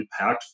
impactful